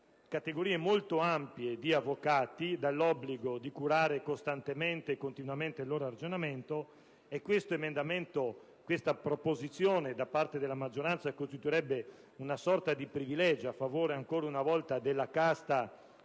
categorie molto ampie di avvocati dall'obbligo di curare costantemente e continuamente il loro aggiornamento - una proposizione del genere da parte della maggioranza costituirebbe una sorta di privilegio a favore, ancora una volta, della casta